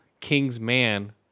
Kingsman